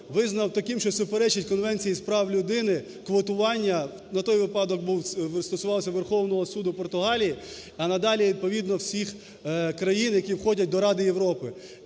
визнав таким, що суперечить Конвенції з прав людини квотування, той випадок стосувався Верховного суду Португалії, а надалі відповідно всіх країн, які входять до Ради Європи.